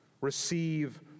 Receive